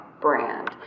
brand